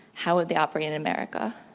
how would they operate in america?